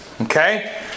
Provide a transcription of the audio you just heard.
Okay